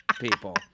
people